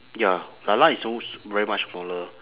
ya 啦啦 is those very much smaller